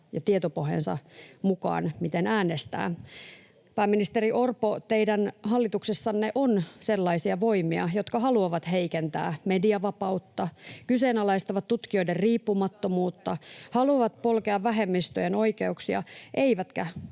ja tietopohjansa mukaan miten äänestää. Pääministeri Orpo, teidän hallituksessanne on sellaisia voimia, jotka haluavat heikentää median vapautta, kyseenalaistavat tutkijoiden riippumattomuutta, [Jenna Simula: Uskomatonta puhetta!] haluavat polkea vähemmistöjen oikeuksia eivätkä